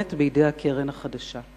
הממומנת בידי הקרן החדשה.